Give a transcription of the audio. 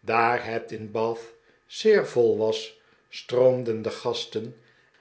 daar het in bath zeer vol was stroomden de gasten